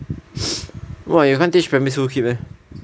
what you can't teach primary schoold kids meh